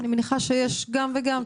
אני מניחה שיש גם וגם.